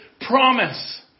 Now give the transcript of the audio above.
promise